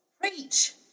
Preach